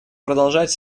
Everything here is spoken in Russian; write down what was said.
продолжать